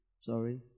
Sorry